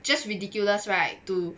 just ridiculous right to